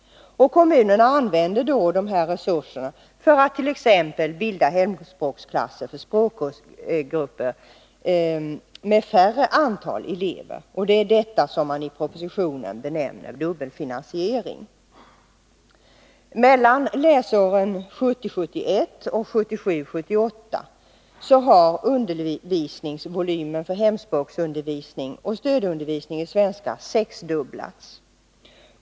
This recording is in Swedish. Kommunerna använder då dessa resurser för att t.ex. bilda hemspråksklasser för språkgrupper med färre antal elever. Det är detta som man i propositionen benämner dubbelfinansiering. Mellan läsåren 1970 78 har undervisningsvolymen för hemspråksundervisning och stödundervisning i svenska sexdubblats.